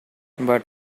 but